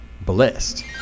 Blessed